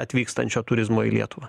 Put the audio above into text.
atvykstančio turizmo į lietuvą